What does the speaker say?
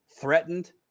threatened